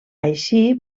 així